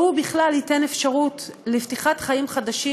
שהוא בכלל ייתן אפשרות לפתיחת חיים חדשים